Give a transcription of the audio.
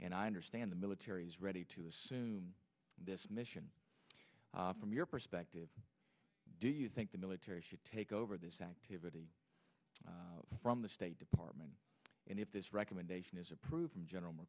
and i understand the military is ready to assume this mission from your perspective do you think the military should take over this activity from the state department and if this recommendation is approved general